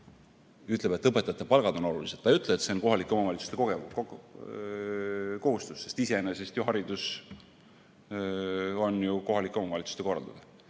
ütleb, et õpetajate palgad on olulised, ja ta ei ütle, et see on kohalike omavalitsuste kohustus. Iseenesest ju haridus on kohalike omavalitsuste korraldada,